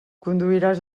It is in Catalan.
conduiràs